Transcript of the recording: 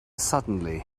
suddenly